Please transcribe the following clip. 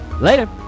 Later